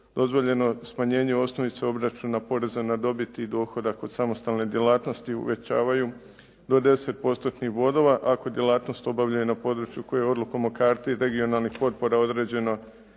dozvoljeno smanjenje osnovicu obračuna poreza na dobit i dohodak od samostalne djelatnosti uvećavaju za 10 postotnih bodova, ako djelatnost obavljaju na području koje je odlukom o karti regionalnih potpora određeno